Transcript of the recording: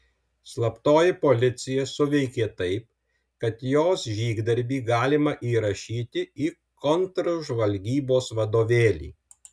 slaptoji policija suveikė taip kad jos žygdarbį galima įrašyti į kontržvalgybos vadovėlį